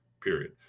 period